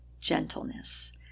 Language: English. gentleness